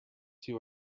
two